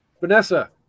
vanessa